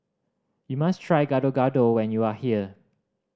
you must try Gado Gado when you are here